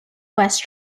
west